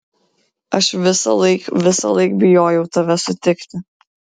aš visąlaik visąlaik bijojau tave sutikti